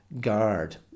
guard